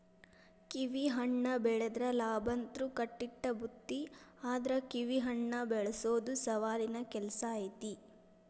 ಕಿವಿಹಣ್ಣ ಬೆಳದ್ರ ಲಾಭಂತ್ರು ಕಟ್ಟಿಟ್ಟ ಬುತ್ತಿ ಆದ್ರ ಕಿವಿಹಣ್ಣ ಬೆಳಸೊದು ಸವಾಲಿನ ಕೆಲ್ಸ ಐತಿ